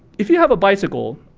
if you have a bicycle,